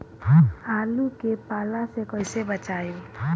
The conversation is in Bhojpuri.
आलु के पाला से कईसे बचाईब?